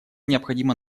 необходимо